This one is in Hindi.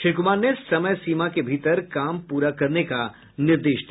श्री कुमार ने समय सीमा के भीतर काम पूरा करने का निर्देश दिया